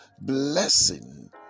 blessing